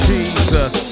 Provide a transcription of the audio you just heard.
Jesus